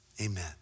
amen